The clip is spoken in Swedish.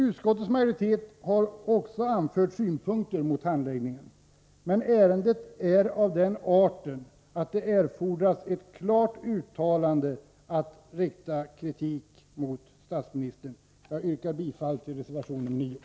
Utskottets majoritet har också anfört synpunkter mot handläggningen, men ärendet är av den arten att det erfordras ett klart uttalande om att rikta kritik mot statsministern. Jag yrkar bifall till reservation nr 9.